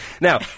Now